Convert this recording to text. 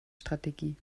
strategie